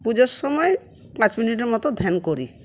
পুজোর সময়ে পাঁচ মিনিটের মতো ধ্যান করি